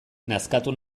nazkatu